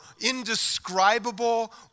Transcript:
indescribable